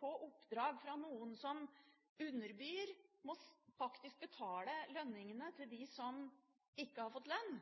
på seg oppdrag fra noen som underbyr, faktisk må betale lønningene til dem som ikke har fått lønn